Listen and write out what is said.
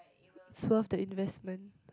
it's worth the investment